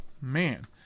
man